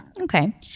Okay